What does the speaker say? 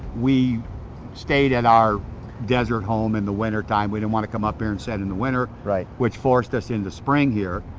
we stayed at our desert home in the winter time, we didn't want to come up here and sit in the winter. right. which forced us in the spring here,